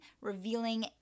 revealing